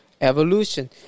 evolution